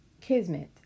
Kismet